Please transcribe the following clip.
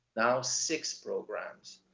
now six programs.